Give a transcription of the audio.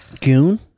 Goon